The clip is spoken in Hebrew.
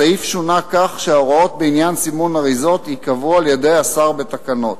הסעיף שונה כך שההוראות בעניין סימון אריזות ייקבעו על-ידי השר בתקנות.